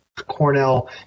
cornell